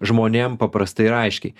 žmonėm paprastai ir aiškiai